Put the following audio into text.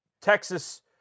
Texas